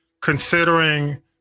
considering